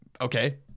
okay